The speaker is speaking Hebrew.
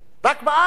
רק בארץ,